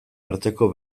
arteko